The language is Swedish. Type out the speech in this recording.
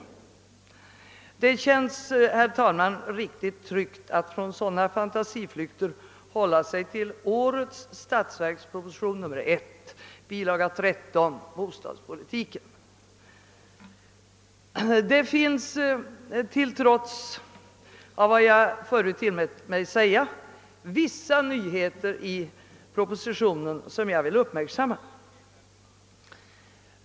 Det känns, herr talman, riktigt tryggt att från sådana fantasiutflykter återgå till bilaga 13 till årets statsverksproposition och vad som där står om bostadspolitiken. Trots det jag förut tillät mig säga finns det vissa nyheter i propositionen som jag skulle vilja fästa uppmärksamheten på.